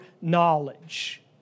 knowledge